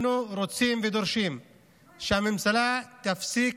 אנחנו רוצים ודורשים שהממשלה תפסיק